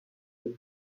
les